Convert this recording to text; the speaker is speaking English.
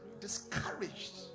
discouraged